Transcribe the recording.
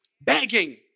begging